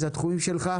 כן.